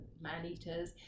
man-eaters